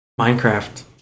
Minecraft